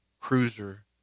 cruiser